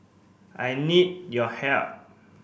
I need your help